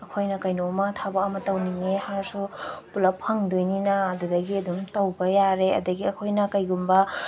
ꯑꯩꯈꯣꯏꯅ ꯀꯩꯅꯣꯝꯃ ꯊꯕꯛ ꯑꯃ ꯇꯧꯅꯤꯡꯉꯦ ꯍꯥꯏꯔꯁꯨ ꯄꯨꯂꯞ ꯐꯧꯗꯣꯏꯅꯤꯅ ꯑꯗꯨꯗꯒꯤ ꯑꯗꯨꯝ ꯇꯧꯕ ꯌꯥꯔꯦ ꯑꯗꯨꯗꯒꯤ ꯑꯩꯈꯣꯏꯅ ꯀꯩꯒꯨꯝꯕ